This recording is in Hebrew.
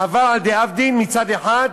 חבל על דאבדין, מצד אחד,